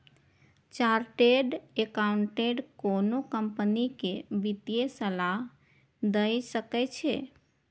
chartered accountant कोनो company कें वित्तीय सलाह दए सकै छै